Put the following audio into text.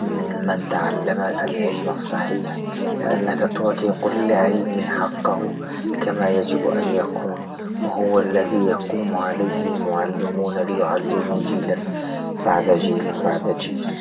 ممن تعلم العلم الصحيح، لأنك تعطي كل علم حقه كما يجب أن يكون وهو الذي يقوم عليه المعلمون ليعلمو جيلا بعد جيل بعد جيل.